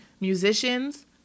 musicians